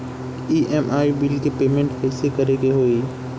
EMI bill के payment कइसे करे के होई?